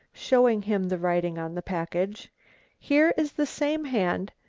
showing him the writing on the package here is the same hand,